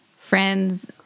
Friends